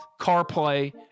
CarPlay